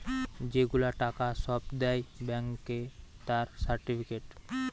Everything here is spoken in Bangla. যে গুলা টাকা সব দেয় ব্যাংকে তার সার্টিফিকেট